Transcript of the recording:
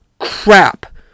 crap